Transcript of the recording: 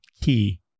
key